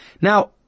Now